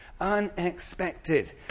unexpected